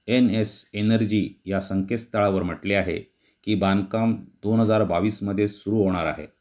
N S energy या संकेतस्थळावर म्हटले आहे की बांधकाम दोन हजार बावीसमध्ये सुरू होणार आहे